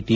T